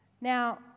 Now